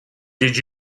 did